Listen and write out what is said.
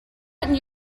gotten